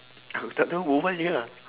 aku tak tahu kau tanya ah